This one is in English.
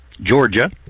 Georgia